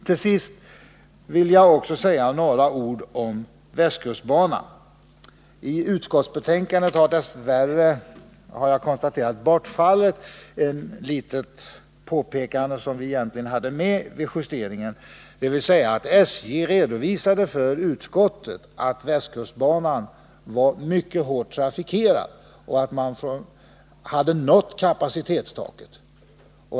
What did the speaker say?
Till slut vill jag också säga några ord om västkustbanan. I utskottsbetänkandet har dess värre ett litet påpekande som fanns med vid justeringen bortfallit. SJ redovisade för utskottet att västkustbanan var mycket hårt trafikerad och att den nått kapacitetstaket.